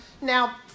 now